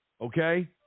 okay